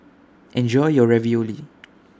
Enjoy your Ravioli